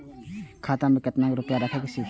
खाता में केतना रूपया रैख सके छी?